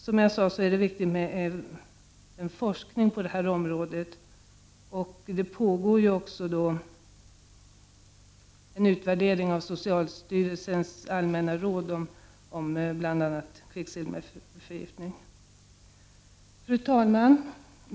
Som jag sade är det viktigt med forskning, och det pågår också en utvärdering av socialstyrelsens allmänna råd om bl.a. kvicksilverförgiftning. Fru talman!